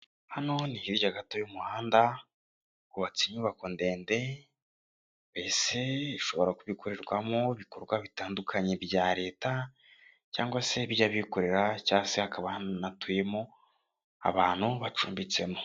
Hano ni hirya gato y'umuhanda, hubatse inyubako ndende mbese ishobora kuba ikorerwamo ibikorwa bitandukanye bya leta cyangwa se iby'abikorera cyangwa se hakaba hanatuyemo abantu bacumbitsemo.